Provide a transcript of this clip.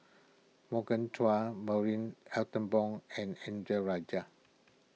Morgan Chua Marie Ethel Bong and Indranee Rajah